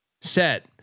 set